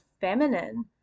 feminine